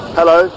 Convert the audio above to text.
hello